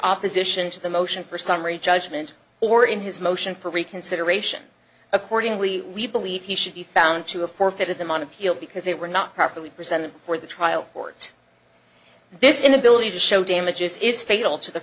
opposition to the motion for summary judgment or in his motion for reconsideration accordingly we believe he should be found to have forfeited them on appeal because they were not properly presented for the trial court this inability to show damages is fatal to the